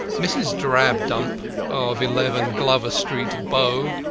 mrs. drabdump, of eleven glover street, bow,